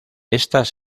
estas